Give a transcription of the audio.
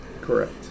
Correct